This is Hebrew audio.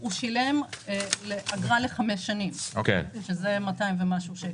הוא שילם אגרה ל-5 שנים, שהיא 200 ומשהו שקל.